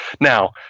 Now